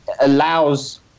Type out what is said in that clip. allows